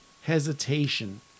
hesitation